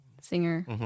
singer